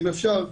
אם אפשר,